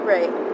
Right